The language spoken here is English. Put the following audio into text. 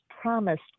promised